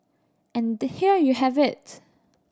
and here you have it